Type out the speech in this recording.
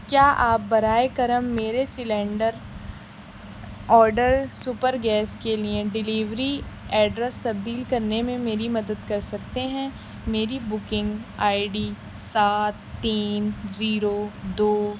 کیا آپ برائے کرم میرےسلینڈر آرڈر سپر گیس کے لیے ڈیلیوری ایڈریس تبدیل کرنے میں میری مدد کر سکتے ہیں میری بکنگ آئی ڈی سات تین زیرو دو